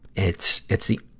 it's, it's the,